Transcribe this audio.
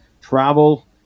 travel